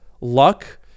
Luck